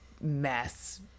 mess